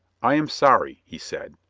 i am sorry, he said.